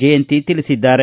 ಜಯಂತಿ ತಿಳಿಸಿದ್ದಾರೆ